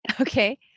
Okay